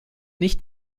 nicht